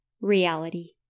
reality